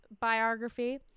biography